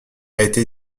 été